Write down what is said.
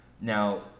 Now